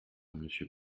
monsieur